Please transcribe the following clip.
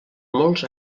molts